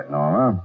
Norma